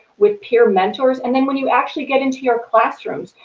with peer mentors and then when you actually get into your classrooms,